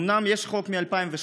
אומנם יש חוק מ-2017,